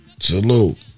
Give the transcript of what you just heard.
Salute